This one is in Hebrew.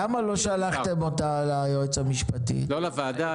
למה לא שלחתם אותה ליועץ המשפטי של הוועדה?